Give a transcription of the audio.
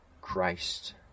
Christ